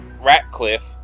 Ratcliffe